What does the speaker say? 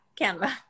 Canva